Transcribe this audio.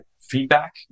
feedback